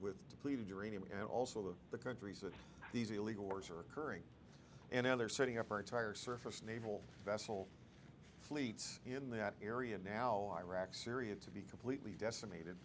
with depleted uranium and also of the countries that these illegal wars are occurring and now they're setting up our entire surface naval vessel fleets in that area now iraq syria to be completely decimated